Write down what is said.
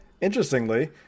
Interestingly